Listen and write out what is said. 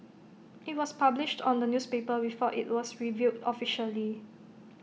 IT was published on the newspaper before IT was revealed officially